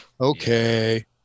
okay